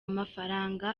mafaranga